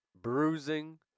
Bruising